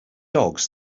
dogs